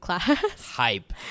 Hype